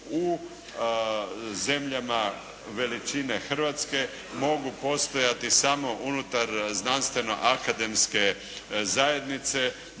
u zemljama veličine Hrvatske mogu postojati samo unutar znanstveno akademske zajednice,